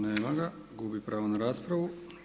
Nema ga, gubi pravo na raspravu.